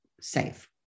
safe